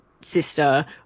sister